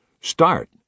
Start